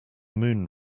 moon